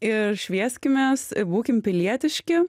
ir švieskimės būkim pilietiški